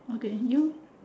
okay you